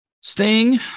Sting